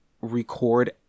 record